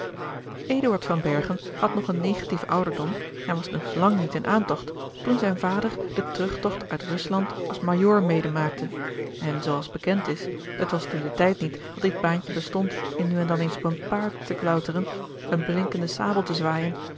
had nog een negatieven ouderdom en was dus lang niet in aantogt toen zijn vader den terugtogt uit rusland als majoor mede maakte en zoo als bekend is het was toen de tijd niet dat dit baantje bestond in nu en dan eens op een paard te klauteren eene blinkende sabel te zwaaijen